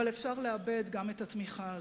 אבל אפשר לאבד גם את התמיכה הזאת.